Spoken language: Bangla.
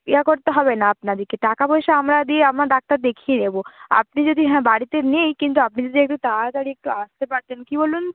ইয়া করতে হবে না আপনাদেকে টাকা পয়সা আমরা দিয়ে আমরা ডাক্তার দেখিয়ে নেব আপনি যদি হ্যাঁ বাড়িতে নেই কিন্তু আপনি যদি একটু তায়াতাড়ি একটু আসতে পারতেন কী বলুন তো